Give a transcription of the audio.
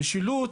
משילות